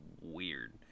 weird